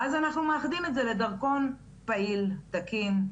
ואז אנחנו מאחדים את זה לדרכון פעיל, תקין,